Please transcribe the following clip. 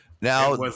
Now